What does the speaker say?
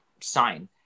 sign